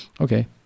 Okay